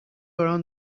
around